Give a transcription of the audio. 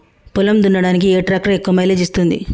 పొలం దున్నడానికి ఏ ట్రాక్టర్ ఎక్కువ మైలేజ్ ఇస్తుంది?